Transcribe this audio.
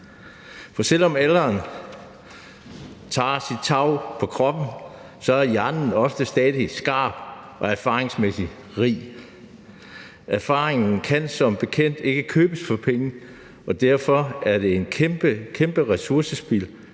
For selv om alderen sætter sine spor på kroppen, er hjernen stadig skarp, og man er rig på erfaringer. Erfaring kan som bekendt ikke købes for penge, og derfor er det et kæmpe ressourcespild,